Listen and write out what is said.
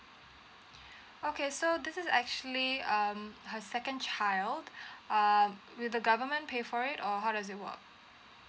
okay so this is actually um her second child um will the government pay for it or how does it work